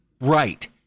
Right